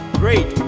great